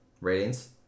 Ratings